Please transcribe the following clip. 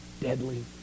deadly